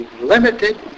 limited